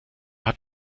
hat